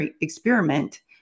experiment